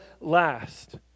last